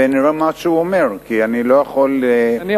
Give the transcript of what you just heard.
ונראה מה הוא אומר, כי אני לא יכול לשנות.